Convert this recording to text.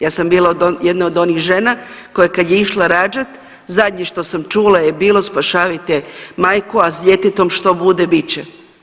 Ja sam bila jedna od onih žena koja kad je išla rađat, zadnje što sam čula je bilo spašavajte majku, a s djetetom što bude bit će.